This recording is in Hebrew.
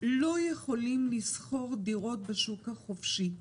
לא יכולים לשכור דירות בשוק החופשי,